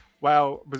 Wow